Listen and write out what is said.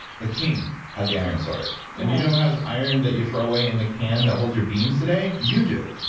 the king had the iron sword and you know who has iron that you throw away in the can that hold your beans today? you do.